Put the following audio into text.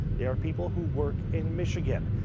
they are people who work in michigan.